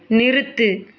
நிறுத்து